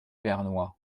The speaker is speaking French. vernois